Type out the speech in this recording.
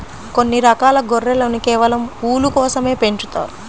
కొన్ని రకాల గొర్రెలను కేవలం ఊలు కోసమే పెంచుతారు